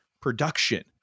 production